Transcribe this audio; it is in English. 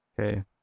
Okay